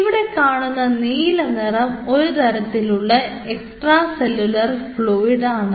ഇവിടെ കാണുന്ന നീല നിറം ഒരുതരത്തിലുള്ള എക്സ്ട്രാ സെല്ലുലാർ ഫ്ലൂയിഡ് ആണ്